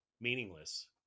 meaningless